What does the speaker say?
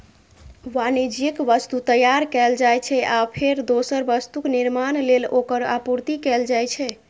वाणिज्यिक वस्तु तैयार कैल जाइ छै, आ फेर दोसर वस्तुक निर्माण लेल ओकर आपूर्ति कैल जाइ छै